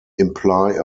imply